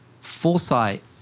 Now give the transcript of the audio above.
foresight